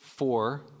four